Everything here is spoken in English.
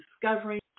discovering